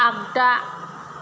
आगदा